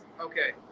Okay